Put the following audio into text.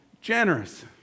generous